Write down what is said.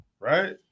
Right